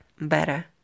better